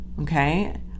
okay